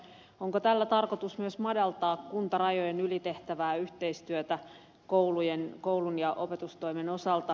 onko tällä tarkoitus myös madaltaa kuntarajojen yli tehtävää yhteistyötä koulun ja opetustoimen osalta